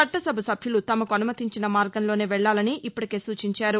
చట్లసభ సభ్యులు తమకు అనుమతించిన మార్గంలోనే వెళ్లాలని ఇప్పటికే సూచించారు